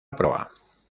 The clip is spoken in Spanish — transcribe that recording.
proa